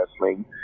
wrestling